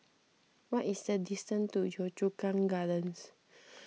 what is the distance to Yio Chu Kang Gardens